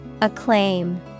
Acclaim